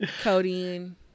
codeine